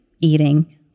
eating